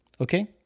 okay